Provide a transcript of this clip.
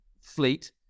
fleet